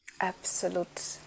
absolute